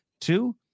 Two